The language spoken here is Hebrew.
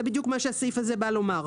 זה בדיוק מה שהסעיף הזה בא לומר.